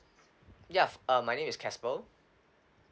yup uh my name is casper